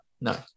No